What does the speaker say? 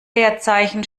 leerzeichen